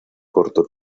corto